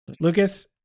Lucas